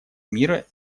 мира